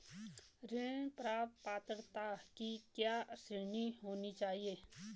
ऋण प्राप्त पात्रता की क्या श्रेणी होनी चाहिए?